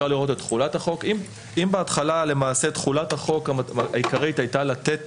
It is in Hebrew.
אם בהתחלה תחולת החוק העיקרית הייתה לתת